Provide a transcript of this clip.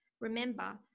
remember